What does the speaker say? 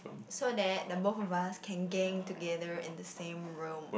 so that the both of us can game together in the same room